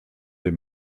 des